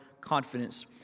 confidence